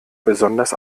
besonders